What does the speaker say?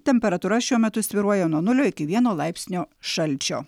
temperatūra šiuo metu svyruoja nuo nulio iki vieno laipsnio šalčio